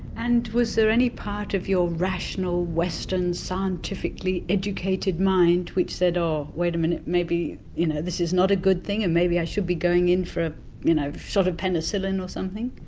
and was there any part of your rational, western, scientifically educated mind which said oh, wait a minute, maybe you know this is not a good thing and maybe i should be going in for you know a shot of penicillin or something?